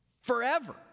forever